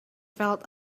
felt